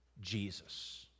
Jesus